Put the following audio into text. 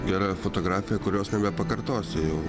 gera fotografija kurios nebepakartosi jau